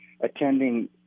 attending